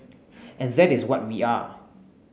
and that is what we are